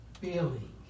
feeling